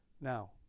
Now